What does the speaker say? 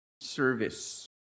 service